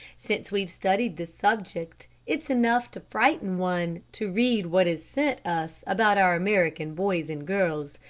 since we've studied this subject, it's enough to frighten one to read what is sent us about our american boys and girls.